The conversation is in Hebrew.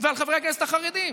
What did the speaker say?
ועל חברי הכנסת החרדים: